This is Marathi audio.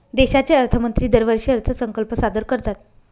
देशाचे अर्थमंत्री दरवर्षी अर्थसंकल्प सादर करतात